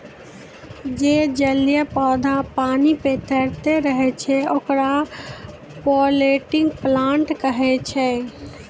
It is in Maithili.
जे जलीय पौधा पानी पे तैरतें रहै छै, ओकरा फ्लोटिंग प्लांट कहै छै